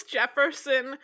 Jefferson